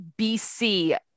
BC